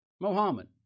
Mohammed